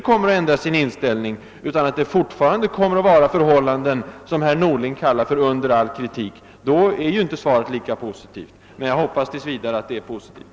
kommer att ändra sin inställning, utan att det fortfarande kommer att råda förhållanden som herr Norling säger är under all kritik, är svaret inte lika positivt. Men jag hoppas alltså tills vidare att det är positivt.